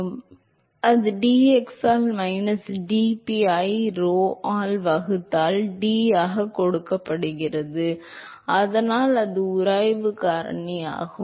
எனவே அது dx ஆல் minus dp ஐ rho ஆல் வகுத்தால் D ஆகக் கொடுக்கப்படுகிறது அதனால் அது உராய்வுக் காரணியாகும்